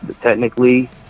technically